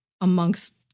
amongst